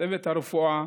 צוותי הרפואה